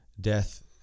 death